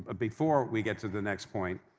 ah before we get to the next point,